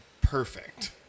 perfect